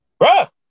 Bruh